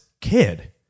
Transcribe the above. kid